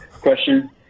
Question